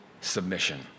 submission